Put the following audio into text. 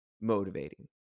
motivating